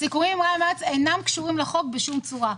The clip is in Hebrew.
הסיכומים עם רע"מ ומרצ לא קשורים לחוק בשום צורה.